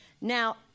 now